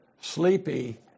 sleepy